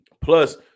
plus